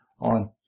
on